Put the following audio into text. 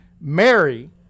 Mary